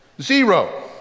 Zero